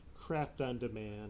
craft-on-demand